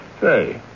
Say